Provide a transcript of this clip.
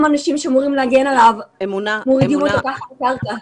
אנשים שאמורים להגן עליו מורידים אותו כך לקרקע.